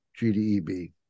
GDEB